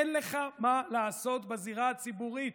אין לך מה לעשות בזירה הציבורית.